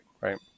Right